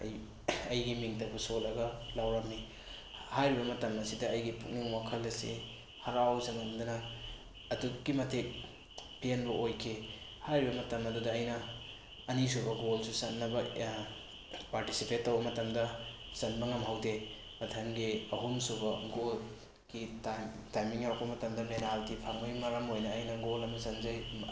ꯑꯩꯒꯤ ꯃꯤꯡꯇꯕꯨ ꯁꯣꯜꯂꯒ ꯂꯥꯎꯔꯝꯃꯤ ꯍꯥꯏꯔꯤꯕ ꯃꯇꯝ ꯑꯁꯤꯗ ꯑꯩꯒꯤ ꯄꯨꯛꯅꯤꯡ ꯋꯥꯈꯜ ꯑꯁꯤ ꯍꯔꯥꯎꯖꯃꯟꯗꯅ ꯑꯗꯨꯛꯀꯤ ꯃꯇꯤꯛ ꯄꯦꯟꯕ ꯑꯣꯏꯈꯤ ꯍꯥꯏꯔꯤꯕ ꯃꯇꯝ ꯑꯗꯨꯗ ꯑꯩꯅ ꯑꯅꯤꯁꯨꯕ ꯒꯣꯜꯁꯨ ꯆꯟꯅꯕ ꯄꯥꯔꯇꯤꯁꯤꯄꯦꯠ ꯇꯧꯕ ꯃꯇꯝꯗ ꯆꯟꯕ ꯉꯝꯍꯧꯗꯦ ꯃꯊꯪꯒꯤ ꯑꯍꯨꯝꯁꯨꯕ ꯒꯣꯜꯀꯤ ꯇꯥꯏꯃꯤꯡ ꯌꯧꯔꯛꯄ ꯃꯇꯝꯗ ꯄꯦꯅꯥꯏꯜꯇꯤ ꯐꯪꯕꯩ ꯃꯔꯝ ꯑꯣꯏꯅ ꯑꯩꯅ ꯒꯣꯜ ꯑꯃ ꯆꯟꯖꯩ